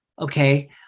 Okay